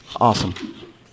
awesome